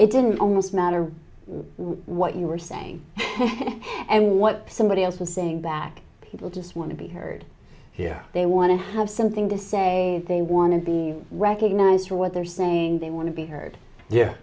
it didn't almost matter what you were saying and what somebody else was saying back people just want to be heard here they want to have something to say they want to be recognized for what they're saying they want to be heard yeah